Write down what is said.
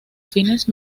fines